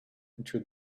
into